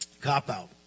cop-out